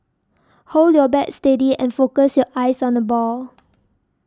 hold your bat steady and focus your eyes on the ball